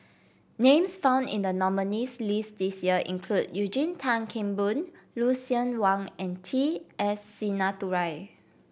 names found in the nominees' list this year include Eugene Tan Kheng Boon Lucien Wang and T S Sinnathuray